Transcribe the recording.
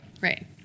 Right